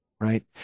right